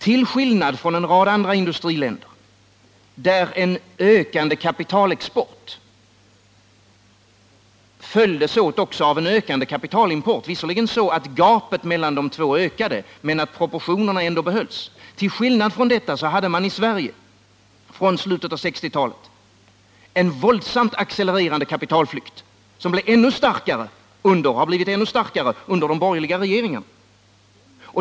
Till skillnad från en rad andra industriländer, där en ökande kapitalexport följdes åt av en ökande kapitalimport, visserligen så att gapet mellan de två ökade men proportionerna ändå behölls, hade man i Sverige från slutet av 1960-talet en våldsamt accelererande kapitalflykt, som har blivit ännu starkare under de borgerliga regeringarna.